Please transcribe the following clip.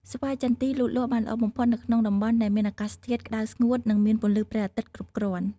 ស្វាយចន្ទីលូតលាស់បានល្អបំផុតនៅក្នុងតំបន់ដែលមាន អាកាសធាតុក្តៅស្ងួត និងមាន ពន្លឺព្រះអាទិត្យគ្រប់គ្រាន់។